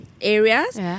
areas